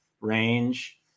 range